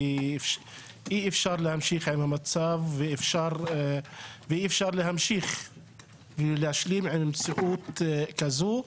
כי אי אפשר להמשיך עם המצב הזה ואי אפשר להשלים עם המציאות הזו.